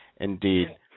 Indeed